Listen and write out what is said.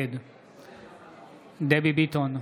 נגד דבי ביטון,